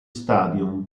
stadium